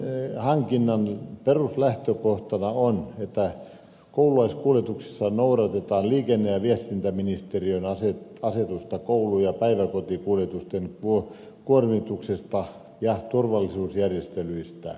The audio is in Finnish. kuntien hankinnan peruslähtökohtana on että koululaiskuljetuksissa noudatetaan liikenne ja viestintäministeriön asetusta koulu ja päiväkotikuljetusten kuormituksesta ja turvallisuusjärjestelyistä